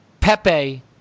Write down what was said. Pepe